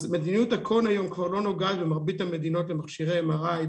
אז מדיניות ה-Con היום כבר לא נוגעת במרבית המדינות למכשירי MRI,